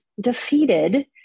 defeated